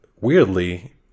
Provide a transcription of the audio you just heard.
weirdly